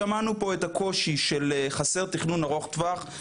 שמענו פה את הקושי של חסר תכנון ארוך טווח.